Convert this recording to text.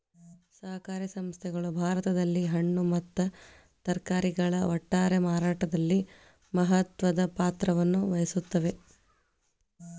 ಸಹಕಾರಿ ಸಂಸ್ಥೆಗಳು ಭಾರತದಲ್ಲಿ ಹಣ್ಣು ಮತ್ತ ತರಕಾರಿಗಳ ಒಟ್ಟಾರೆ ಮಾರಾಟದಲ್ಲಿ ಮಹತ್ವದ ಪಾತ್ರವನ್ನು ವಹಿಸುತ್ತವೆ